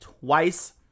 twice